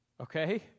okay